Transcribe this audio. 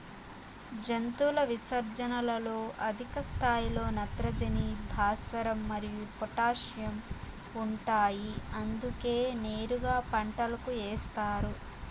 జంతువుల విసర్జనలలో అధిక స్థాయిలో నత్రజని, భాస్వరం మరియు పొటాషియం ఉంటాయి అందుకే నేరుగా పంటలకు ఏస్తారు